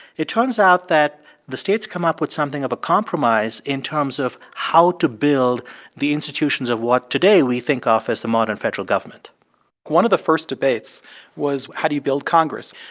it turns out that the states come up with something of a compromise in terms of how to build the institutions of what today we think of as the modern federal government one of the first debates was how do you build congress?